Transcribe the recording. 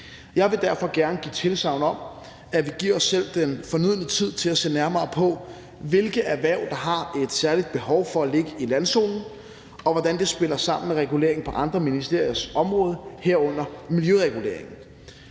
Jeg vil derfor gerne give tilsagn om, at vi giver os selv den fornødne tid til at se nærmere på, hvilke erhverv der har et særligt behov for at ligge i landzone, og hvordan det spiller sammen med regulering på andre ministeriers områder, herunder miljøregulering.